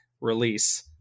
release